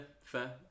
fair